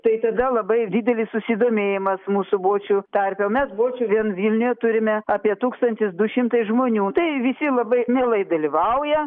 tai tada labai didelis susidomėjimas mūsų bočių tarpe mes bočių vien vilniuje turime apie tūkstantis du šimtai žmonių tai visi labai mielai dalyvauja